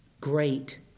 Great